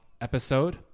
episode